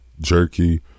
jerky